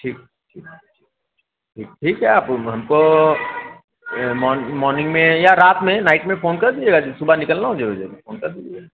ठीक ठीक ठीक है आप हमको मो मॉर्निंग में या रात में नाइट में फोन कर दीजिएगा जो सुबह निकलना है जे बजे में फोन कर दीजिएगा